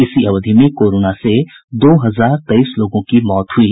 इसी अवधि में कोरोना से दो हजार तेईस लोगों की मौत हुई